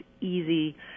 easy